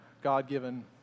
God-given